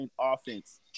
offense